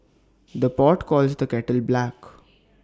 the pot calls the kettle black